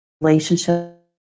relationship